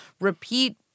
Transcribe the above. repeat